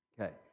Okay